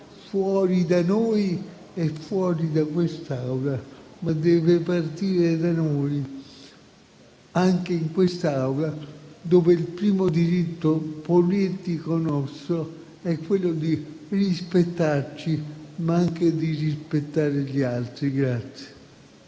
fuori da noi e fuori da quest'Aula, ma deve partire da noi anche in quest'Aula, dove il primo diritto politico nostro è quello di rispettarci e di rispettare gli altri.